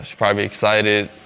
probably excited.